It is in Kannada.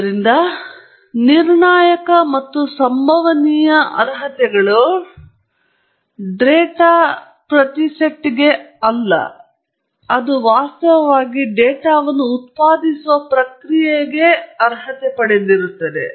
ಆದ್ದರಿಂದ ನಿರ್ಣಾಯಕ ಮತ್ತು ಸಂಭವನೀಯ ಅರ್ಹತೆಗಳು ಡೇಟಾ ಪ್ರತಿ ಸೆಗೆ ಅಲ್ಲ ಇದು ವಾಸ್ತವವಾಗಿ ಅವರು ಡೇಟಾವನ್ನು ಉತ್ಪಾದಿಸುವ ಪ್ರಕ್ರಿಯೆಗೆ ಅರ್ಹತೆ ಪಡೆದಿರುತ್ತಾರೆ